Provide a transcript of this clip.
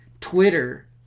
Twitter